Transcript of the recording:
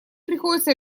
приходится